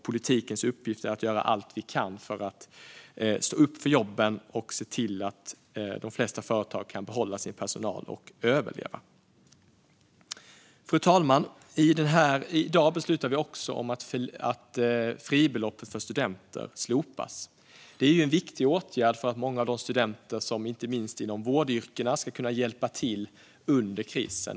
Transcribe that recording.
Politikens uppgift är att göra allt vi kan för att stå upp för jobben och se till att de flesta företag kan behålla sin personal och överleva. Fru talman! I dag beslutar vi också om att fribeloppet för studenter slopas. Det är en viktig åtgärd för att många studenter, inte minst inom vårdyrkena, ska kunna hjälpa till under coronakrisen.